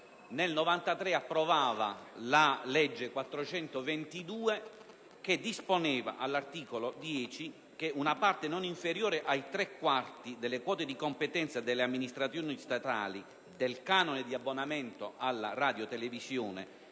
nel 1993 approvava la legge n. 422, che all'articolo 10 disponeva che una parte non inferiore a tre quarti delle quote di competenza delle amministrazioni statali del canone di abbonamento alla radiotelevisione